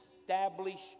establish